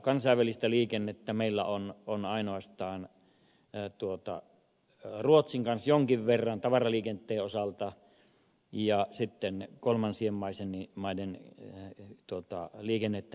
kansainvälistä liikennettä meillä on ainoastaan ruotsin kanssa jonkin verran tavaraliikenteen osalta ja sitten kolmansien maiden liikennettä venäjälle